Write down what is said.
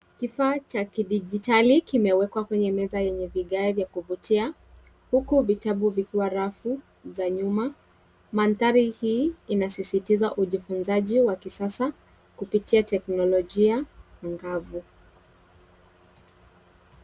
Kifaa cha kidijitali kimewekwa kwenye meza yenye vigae vya kuvutia huku vitabu vikiwa rafu za nyuma. Mandhari hii inasisitiza ujifunzaji wa kisasa kupitia teknolojia angavu.